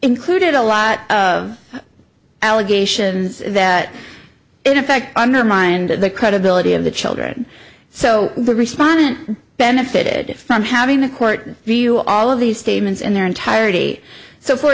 included a lot of allegations that in effect undermined the credibility of the children so the respondent benefited from having the court view all of these statements in their entirety so for